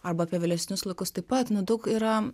arba apie vėlesnius laikus taip pat na daug yra